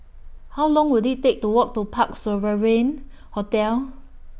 How Long Will IT Take to Walk to Parc Sovereign Hotel